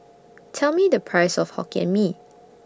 Tell Me The Price of Hokkien Mee